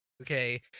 okay